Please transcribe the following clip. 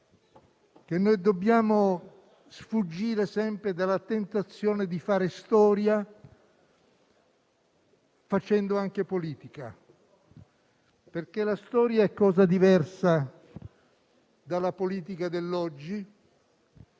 che dobbiamo fuggire sempre la tentazione di fare storia facendo anche politica, perché la storia è cosa diversa dalla politica dell'oggi